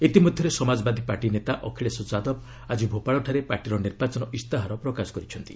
ଇତି ମଧ୍ୟରେ ସମାଜବାଦୀ ପାର୍ଟି ନେତା ଅଖିଳେଶ ଯାଦବ ଆକି ଭୋପାଳଠାରେ ପାର୍ଟିର ନିର୍ବାଚନ ଇସ୍ତାହାର ପ୍ରକାଶ କରିଛନ୍ତି